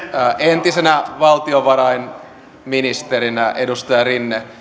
entisenä valtiovarainministerinä edustaja rinne